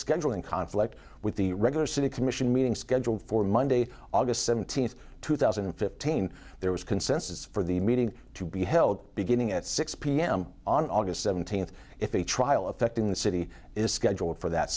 scheduling conflict with the regular city commission meeting scheduled for monday august seventeenth two thousand and fifteen there was consensus for the meeting to be held beginning at six pm on aug seventeenth if a trial affecting the city is scheduled for that